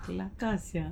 kelakar sia